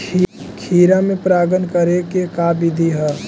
खिरा मे परागण करे के का बिधि है?